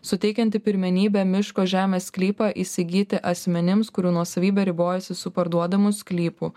suteikianti pirmenybę miško žemės sklypą įsigyti asmenims kurių nuosavybė ribojasi su parduodamu sklypu